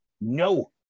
no